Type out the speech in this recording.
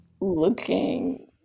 looking